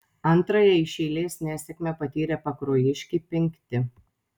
antrąją iš eilės nesėkmę patyrę pakruojiškiai penkti